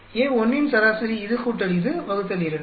A1 இன் சராசரி இது கூட்டல் இது வகுத்தல் 2